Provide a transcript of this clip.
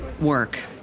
Work